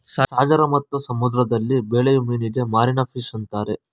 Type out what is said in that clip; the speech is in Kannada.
ಸಾಗರ ಮತ್ತು ಸಮುದ್ರದಲ್ಲಿ ಬೆಳೆಯೂ ಮೀನಿಗೆ ಮಾರೀನ ಫಿಷ್ ಅಂತರೆ